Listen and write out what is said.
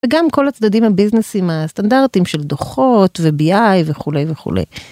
וגם כל הצדדים הביזנסים הסטנדרטים של דוחות ובי איי וכולי וכולי.